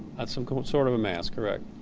some kind of sort of a mask. correct.